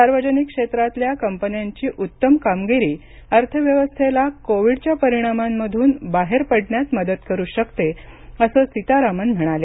सार्वजनिक क्षेत्रातल्या कंपन्यांची उत्तम कामगिरी अर्थव्यवस्थेला कोविडच्या परिणामांमधून बाहेर पडण्यात मदत करू शकते असं सीतारामन म्हणाल्या